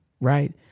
right